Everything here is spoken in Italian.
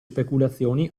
speculazioni